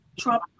Trump